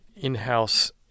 in-house